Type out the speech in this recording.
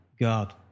God